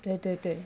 对对对